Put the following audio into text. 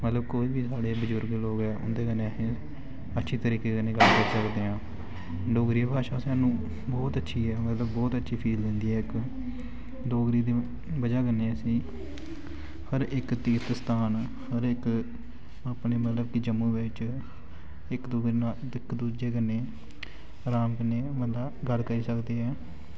मतलब कोई बी साढ़े बजुर्ग लोग ऐ उं'दे कन्नै असें अच्छे तरीके कन्नै गल्ल करी सकदे आं डोगरी भाशा सानूं बौह्त अच्छी ऐ मतलब बौह्त अच्छी फील औंदी ऐ इक डोगरी दी बजह् कन्नै असेंगी हर इक तार्थ स्थान हर इक अपने मतलब कि जम्मू बिच्च इक दूए इक दूजे कन्नै राम कन्नै बंदा गल्ल करी सकदे ऐ